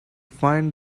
find